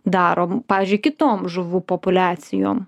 darom pavyzdžiui kitom žuvų populiacijom